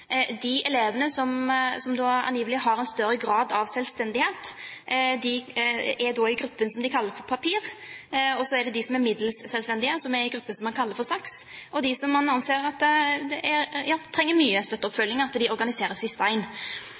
elevene som angivelig har en større grad av selvstendighet, er i gruppen som de kaller for «papir», de middels selvstendige er i gruppen som man kaller for «saks», og de som man anser for å trenge mye støtte og oppfølging, organiseres i «stein». Mitt anliggende er da å spørre hvordan statsråden reagerer på at